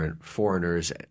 foreigners